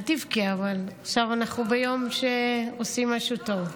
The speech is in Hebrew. אל תבכה, עכשיו אנחנו ביום שעושים משהו טוב.